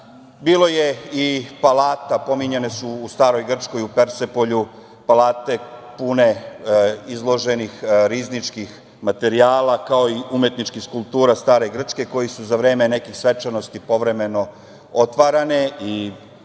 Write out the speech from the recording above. Bilo je i palata, pominjane su u Staroj Grčkoj u Persepolju palate pune izloženih rizničkih materijala, kao i umetničkih skulptura Stare Grčke, koje su za vreme nekih svečanosti povremeno otvarane i